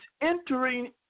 entering